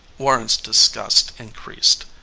warren's disgust increased.